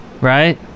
right